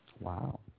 Wow